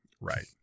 Right